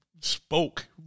spoke